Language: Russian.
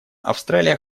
австралия